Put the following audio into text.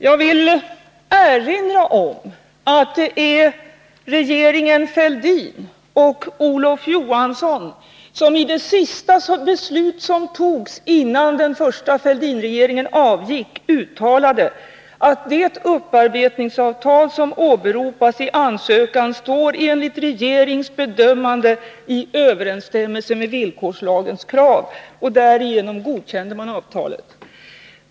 Jag vill erinra om att det är regeringen Fälldin och Olof Johansson som i det sista beslut som fattades innan den första Fälldinregeringen avgick uttalade att det upparbetningsavtal som åberopas i ansökan enligt regeringens bedömande står i överensstämmelse med villkorslagens krav, och därigenom godkände man avtalet.